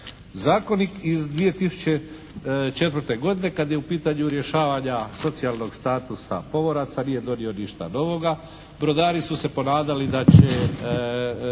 Zakonik iz 2004. godine kad je u pitanju rješavanja socijalnog statusa pomoraca nije donio ništa novoga. Brodari su se ponadali da će